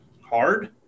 hard